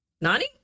Nani